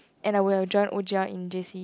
and I would have joined O_G_L in J_C